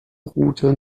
route